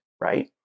right